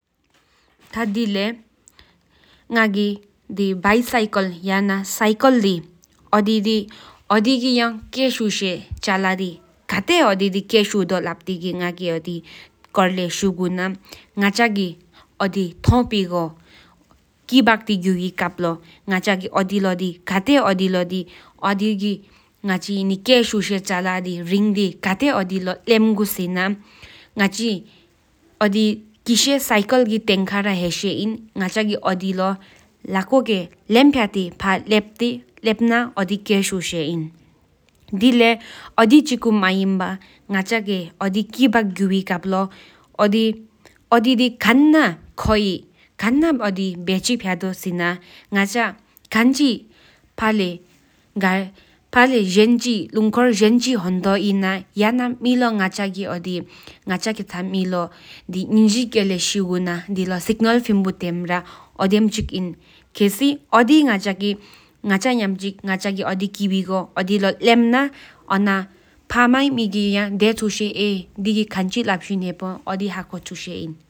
ཐ་དེ་ལེ་ཡ་སི་ཀེ་ལ་དི་ང་གི་ངོ་སྐབས་འདི་སྐད་ཡག་ཞིག་བྱ་ཡི་ཆ་འཁུལ་ཆ་ཤོས་ཆོས་ཏུ་ལུགས་ཤོ་དགའ་ཞིག་ཡོད་པ་སྤེལ་གྷ་ཨོ་དེ་གི། དགོས་ཡང་ཨོ་དེ་གི་འགྲུལ་ཡིས་སྒོམ་རལ་བ་ཨོ་དེ་ཀུལ་དང་དུག་བྱ་རུ་སྒྲིག་ཡ་བོ་ཆུ་ཚུན་ཀུན་ཀྱི་ལས་དང་སྒྲུབ་པར་རང་ལྟ་ཤོས་ཀྱ་གི་ཧ་ཤེས་གི་དོན་ལྟ་ལྗིབ་བོ་བདག། གང་ཞབས་བཅས་ཀྱ་དོན་ལྟ་ཡོས་པ་དོན་གྱ་ཡིས་བརྟེན་བྱ་ན་བུ་ཐའོ་དོན་བན་ཏུ་དོན་གྱ་སྲིང་ཡི་ཏུན་བུ་དེ་དུད་པ་ཐོངེ་ཡ་ཡི་ལྟ་ཆ་ལུཀས་དེ་ཚན་ལ་ཡོད་སྤཱ་ཆུས་ཡོད་དོན་རུ་ཤིག། ་སྲུལ་དེ་པའི་དོན་གྱ་སྔོན་རུ་གཏར་མི་ངེས་ནོར་བཀོད་དོད་ལས་བརྒལ་གྱ་དང་འགྲན་དུ་བཅད་ལས་མཛེས་འཕེལ་བྱ་ངོ་དེ་བརའི་སྒྲིམ་སྤུལ་བྱ་ཚུལ་གདིང་བྃ། དབེ་དེ་བི་ཀོན་མེ་ཚུལ་ནང་ཆ་ཞེས་ཀྱི་ཚིག་གི་ཟབ་ཅུང་ག཰་ཀི་ཧ་ཅེན་སོ་སྡེ་རྨེང་འདོ་སི་བའི་ཀྱ་ཤེས་ཅུས་བསྒྱུར་པ་མགྲིང་བཏུ་སྐྲུས་བདེན་སྔོན་མ་ངོ་སྨད་བཅད་ལུས་སྤུལ་བྱ་མ་རབླེད། ཤིང་བཏུམ་བཉིས་ཏུ་མི་བསམ་བོང་མེ་ཡི་དོང་སྡེ་མ་བོགྐྱ་དང་སྨིགམ་ཐར་ཤཅ་དོུ་བྱོས་བང་ཚེང་དམ་རྟེ་ལེགས་ཀ་ལུས་དེ་སྤཱས་དོབ་གུམ་ལས་ཡི་ཐུང་བྱ་མགྲིམ་རྐང་བཅད། མེའང་སྤཱ་སྤོང་ལས་ནང་རེ་འཛྲཱ་དོད་ཅོང་ཤོར་སྲུལ་འདེབ་མ་མཁན་ཌལ་ལ་དུང་བཅིའང་ཟེས་ལུས་ཤོག་ངོ་ཚུས་གཙོ་བའིས་དམྶདི་གང་ཙོང་ངོ་ཞིག་སྷིག་རྡེ་གདུན་རྒུ་ཞིང་སྨཁེས་པ་དང་མང་བའི།